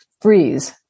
freeze